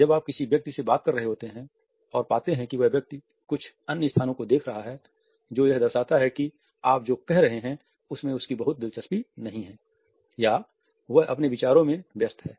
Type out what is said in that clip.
जब आप किसी व्यक्ति से बात कर रहे होते हैं और आप पाते हैं कि वह व्यक्ति कुछ अन्य स्थानों को देख रहा है जो यह दर्शाता है कि आप जो कह रहे हैं उसमें उसकी बहुत दिलचस्पी नहीं है या वह अपने विचारों में व्यस्त है